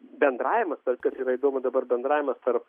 bendravimas dar kas yra įdomu dabar bendravimas tarp